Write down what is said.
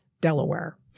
Delaware